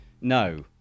No